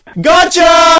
Gotcha